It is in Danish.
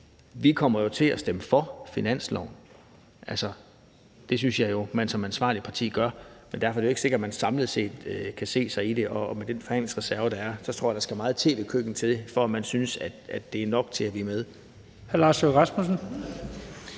Vi kommer jo til at stemme for finansloven. Altså, det synes jeg jo man som ansvarligt parti gør. Men derfor er det jo ikke sikkert, at man samlet set kan se sig i det, og med den forhandlingsreserve, der er, tror jeg, at der skal meget tv-køkken til, for at man synes, at det er nok til, at vi er med.